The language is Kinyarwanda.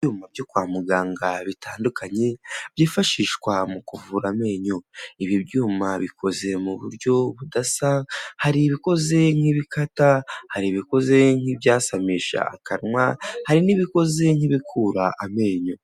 Ibyuma byo kwa muganga bitandukanye, byifashishwa mu kuvura amenyo. Ibi byuma bikoze mu buryo budasa, hari ibikoze nk'ibikata, hari ibikoze nk'ibyasamisha akanwa, hari n'ibikoze nk'ibikura amenyo.